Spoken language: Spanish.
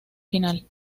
final